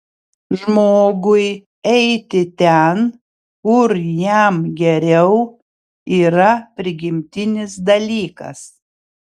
žmogui eiti ten kur jam geriau yra prigimtinis dalykas